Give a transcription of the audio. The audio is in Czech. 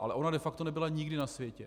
Ale ona de facto nebyla nikdy na světě.